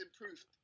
improved